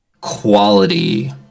quality